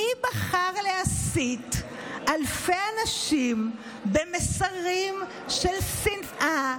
מי בחר להסית אלפי אנשים במסרים של שנאה,